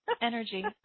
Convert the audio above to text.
energy